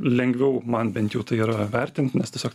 lengviau man bent jau tai yra vertint nes tiesiog